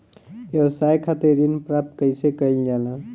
व्यवसाय खातिर ऋण प्राप्त कइसे कइल जाला?